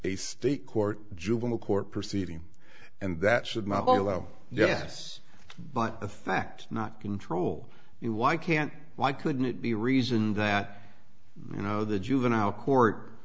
a state court juvenile court proceeding and that should not follow yes but a fact not control you why can't why couldn't it be reasoned that you know the juvenile court